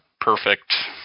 perfect